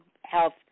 health